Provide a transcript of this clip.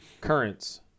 Currents